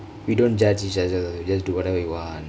we don't judge each other just do whatever you want